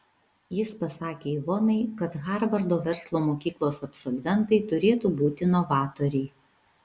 jis pasakė ivonai kad harvardo verslo mokyklos absolventai turėtų būti novatoriai